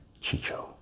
chicho